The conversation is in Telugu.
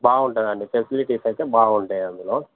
బాగుంటుందండి ఫెసిలిటీస్ అయితే బాగుంటాయి అందులో